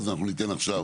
אז אנחנו ניתן עכשיו